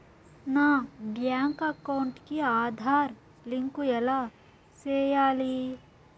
నా bank account కి Aadhaar link ఎలా సేయాలి